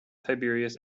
tiberius